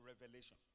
revelation